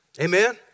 Amen